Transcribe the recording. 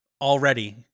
already